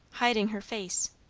hiding her face.